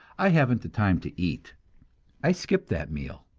i haven't the time to eat i skip that meal.